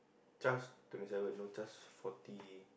charge twenty seven no charge forty